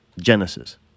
Genesis